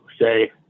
say